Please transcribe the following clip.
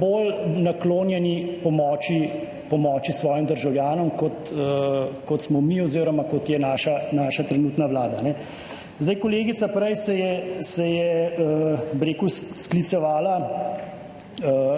bolj naklonjeni pomoči svojim državljanom kot smo mi oziroma kot je naša trenutna vlada. Zdaj, kolegica se je prej sklicevala